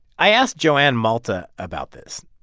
i asked joann malta about this.